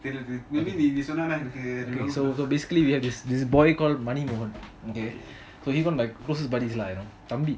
so so basically we have this this boy called Mani மோகன்:mani mohan okay so even my closest buddies you know தம்பி:thambi